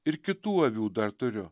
ir kitų avių dar turiu